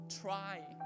try